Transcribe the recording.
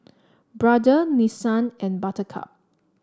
Brother Nissan and Buttercup